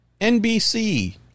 NBC